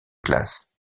classe